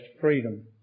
freedom